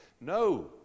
no